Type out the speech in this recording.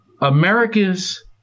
America's